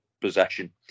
possession